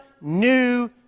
new